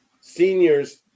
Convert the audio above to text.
seniors